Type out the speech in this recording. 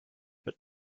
but